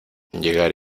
llegar